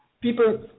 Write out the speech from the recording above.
people